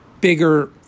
bigger